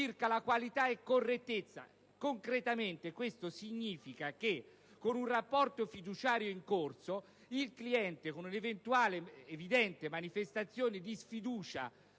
la qualità e correttezza